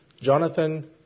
Jonathan